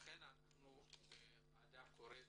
לכן הוועדה קוראת